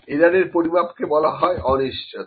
error এর পরিমাপ কে বলা হয় অনিশ্চিয়তা